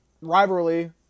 rivalry